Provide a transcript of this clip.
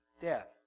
death